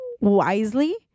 wisely